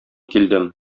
килдем